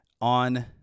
on